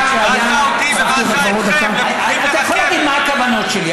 אתה יכול להגיד מה הכוונות שלי,